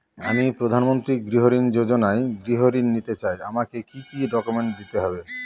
আমি প্রধানমন্ত্রী গৃহ ঋণ যোজনায় গৃহ ঋণ নিতে চাই আমাকে কি কি ডকুমেন্টস দিতে হবে?